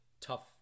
tough